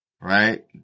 right